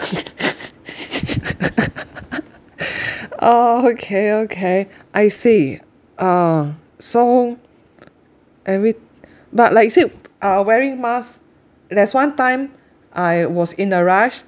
oh okay okay I see uh so every but like you said uh wearing mask there's one time I was in a rush